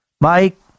Mike